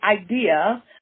idea